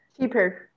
cheaper